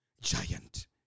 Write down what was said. giant